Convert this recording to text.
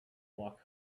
walk